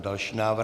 Další návrh.